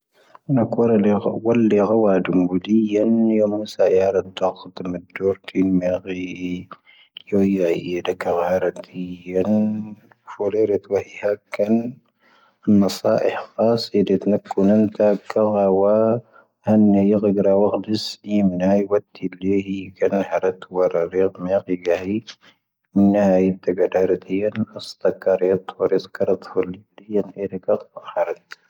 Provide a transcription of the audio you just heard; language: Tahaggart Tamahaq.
ʻⵓⵏⴰⴽⵡⴰⵔⴰ ⵍⴻ ʻⴰⵡⴰⵍ ⵍⴻ ʻⴰⵡⴰⴷ ʻⵓⵏⴳⵓⴷⵉⵢⴰⵏ ʻⵉⵢⴰⵏ ⵎⵎⵙⴰ ʻⵉⴰⵔⴰ ʻⴷⴰⴽⴷ ʻⴷⵓⵔ ⵜʻⵉ ʻⵎⴰⴳⵀⴻ ʻⵉʻⵉʻⵉ ʻⵉⴻⵔⴰ ʻⴳⴰⵡⴰⵔⴰⵜⵉ ʻⵉⵢⴰⵏ ʻⵓ'ⴻⵔⴰⵜ ʻⵉⵀⴰⴽⴰⵏ ʻⴰⵏ ⵎⵎⴰⵙⴰ ʻⵉⵀⴼⴰⵙ ʻⵉⴻⵔⴻ ʻⵜⵍⴰⴽⵓⵏ ⵏⵏⵜⴰⴽⴰⵡⴰⵔ ʻⴰⵏ ʻⵉⵇⴳⴻⵔⴰ ʻⴰⵡⴰⴽ ʻⵉʻⵉ ʻⵉʻⵉ ⵎⵏⴰ'ⵉ ʻⴰⵜⵉⵍⵉⵢⴰⵏ ʻⵉⴳⴰⵏ ʻⴰⵔⴰⵜ ʻⵓ'ⴻⵔⴰⵔⵔⴻ ʻⵉʻⵉ ʻⵉʻⵉ ʻⵉʻⵉ ʻⵉʻⵉ ʱⵉⵜⴰⴳⴰⴷ.